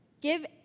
Give